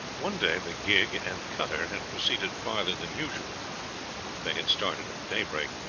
one day the gig and cutter had proceeded farther than usual they had started at daybreak,